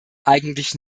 eigentlich